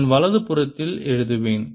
நான் வலது புறத்தில் எழுதுவேன்